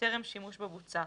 טרם שימוש בבוצה.